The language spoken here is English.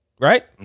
right